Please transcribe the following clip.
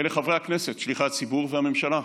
אלה חברי הכנסת: שליחי הציבור והממשלה.